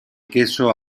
queso